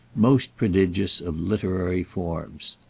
most prodigious of literary forms.